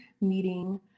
meeting